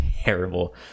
terrible